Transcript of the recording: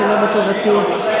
שלא בטובתי.